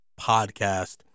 podcast